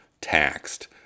taxed